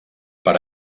per